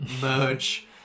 merge